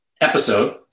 episode